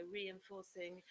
reinforcing